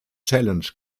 challenge